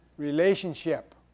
relationship